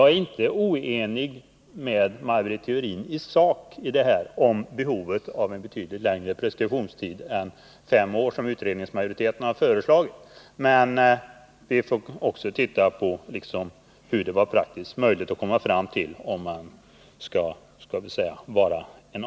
Jag är inte oenig med Maj Britt Theorin i sak om behovet av en betydligt längre preskriptionstid än fem år, som utskottsmajoriteten har föreslagit, men vi måste också se på hur det var praktiskt möjligt att komma fram till detta och ändå följa lagen.